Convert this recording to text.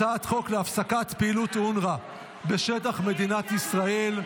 הצעת חוק להפסקת פעילות אונר"א בשטח מדינת ישראל,